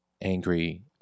angry